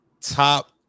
Top